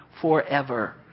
forever